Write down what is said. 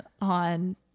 on